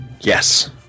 Yes